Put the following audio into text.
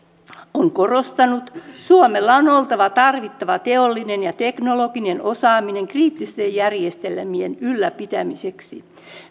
on korostanut suomella on oltava tarvittava teollinen ja teknologinen osaaminen kriittisten järjestelmien ylläpitämiseksi